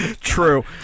true